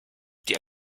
die